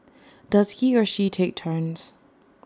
does he or she take turns